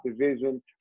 division